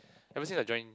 Kabersine will join